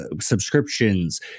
subscriptions